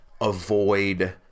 avoid